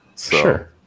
Sure